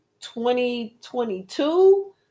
2022